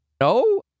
no